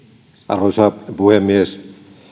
arvoisa puhemies